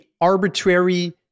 arbitrary